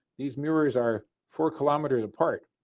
these mirrors are four kilometers apart